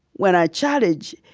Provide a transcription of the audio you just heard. when i challenge,